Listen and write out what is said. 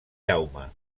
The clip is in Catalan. jaume